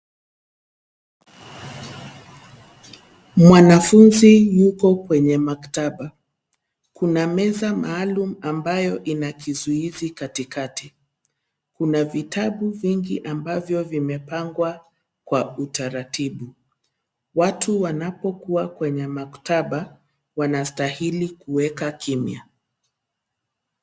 Mwanafuzi yuko kwenye maktaba. Kuna meza maalum ambayo ina kizuizi katikati. Kuna vitabu vingi ambavyo vimepangwa kwa utaratibu. Watu wanapokua kwenye maktaba wanastahili kueka kimya.